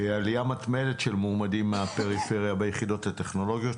עליה מתמדת של מועמדים מהפריפריה ביחידות הטכנולוגיות.